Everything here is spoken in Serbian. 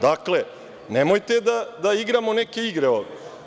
Dakle, nemojte da igramo neke igre ovde.